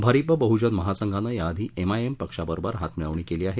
भारिप बहजन महासंघानं या आधी एमआयएम पक्षाबरोबर हात मिळवणी केली आहे